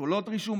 אשכולות רישום,